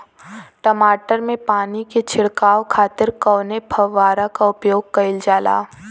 टमाटर में पानी के छिड़काव खातिर कवने फव्वारा का प्रयोग कईल जाला?